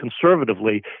conservatively